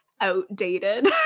outdated